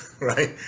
right